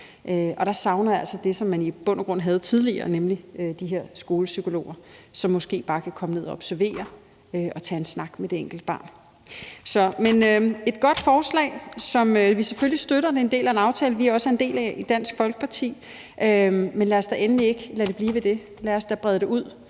der savner jeg altså det, som man i bund og grund havde tidligere, nemlig de her skolepsykologer, som måske bare kunne komme og observere og tage en snak med det enkelte barn. Men det er et godt forslag, som vi selvfølgelig støtter, da det er en del af en aftale, som vi i Dansk Folkeparti også er en del af. Men lad os da endelig ikke lade det blive ved det; lad os da brede det ud